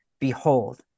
behold